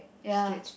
ya